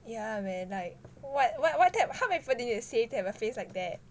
yeah man like what what what ta~ how many people you need to save to have a face like that